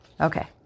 Okay